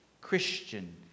Christian